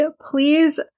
please